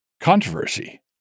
controversy